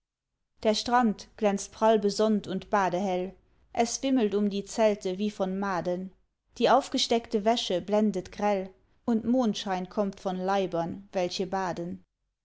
der strand glänzt prall besonnt und badehell es wimmelt um die zelte wie von maden die aufgesteckte wäsche blendet grell und mondschein kommt von leibern welche baden